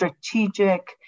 strategic